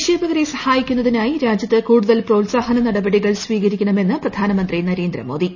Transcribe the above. നിക്ഷേപകരെ സഹായിക്കൂന്നതിനായി രാജ്യത്ത് കൂടുതൽ ന് പ്രോത്സാഹന നടപടിക്കൾ സ്പീകരിക്കണമെന്ന് പ്രധാനമന്ത്രി നരേന്ദ്രമോദി